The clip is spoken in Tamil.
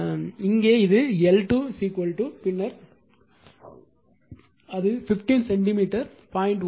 எனவே இங்கே இது L2 பின்னர் அது 15 சென்டிமீட்டர் 0